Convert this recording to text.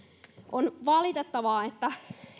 on valitettavaa että